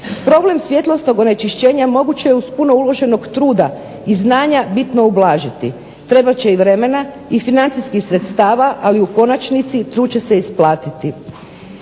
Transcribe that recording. Problem svjetlosnog onečišćenja moguće je bez uloženog truda i znanja bitno ublažiti, trebat će i vremena i financijskih sredstava ali u konačnici tu će se isplatiti.